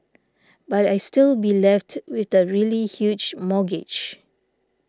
but I still be left with a really huge mortgage